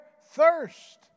thirst